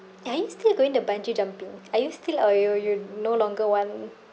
are you still going to bungee jumping are you still or you're you no longer want